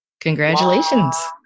Congratulations